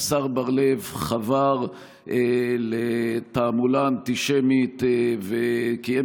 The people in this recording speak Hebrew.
השר בר לב חבר לתעמולה אנטישמית וקיים